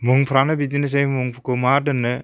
मुंफ्रानो बिदिनोसै मुंखौ मा दोननो